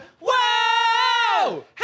Whoa